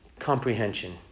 Comprehension